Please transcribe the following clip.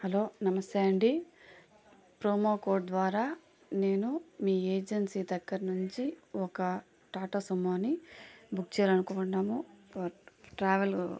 hello నమస్తే అండి promo code ద్వారా నేను మీ ఏజెన్సీ దగ్గర నుంచి ఒక టాటా సుమోని బుక్ చేయాలనుకోవున్నాను ట్రావెల్